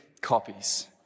copies